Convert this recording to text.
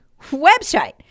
website